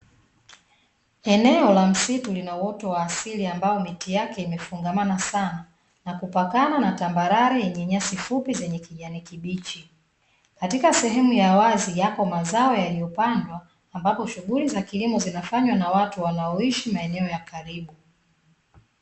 Eneo la msitu lina uoto wa asili ambao miti yake imefungamana sana, na kupakana na tambarare yenye nyasi fupi zenye kijani kibichi. Katika sehemu ya wazi yapo mazao yaliyopandwa, ambapo shughuli za kilimo zinafanywa na watu wanaoishi maeneo ya karibu.